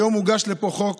היום הוגש פה חוק